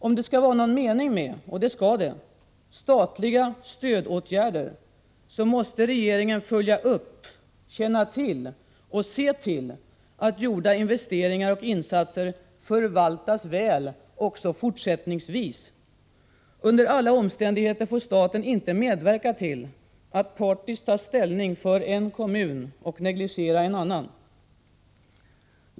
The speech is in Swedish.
Om det skall vara någon mening — och det skall det — med statliga stödåtgärder, måste regeringen följa upp, känna till och se till att gjorda investeringar och insatser förvaltas väl också fortsättningsvis. Under alla omständigheter får staten inte medverka till att partiskt ta ställning för en kommun och negligera en annan.